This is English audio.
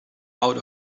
out